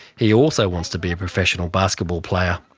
he also wants to be a professional basketball player,